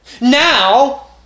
Now